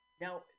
Now